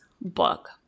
book